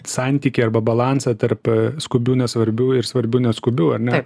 santykį arba balansą tarp skubių nesvarbių ir svarbių neskubių ane